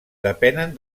depenen